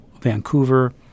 Vancouver